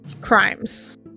crimes